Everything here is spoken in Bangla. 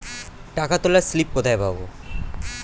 টাকা তোলার স্লিপ কোথায় পাব?